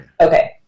Okay